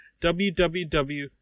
www